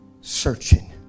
Searching